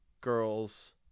girls